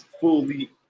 fully